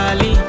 Ali